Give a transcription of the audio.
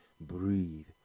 breathe